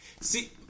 See